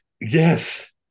Yes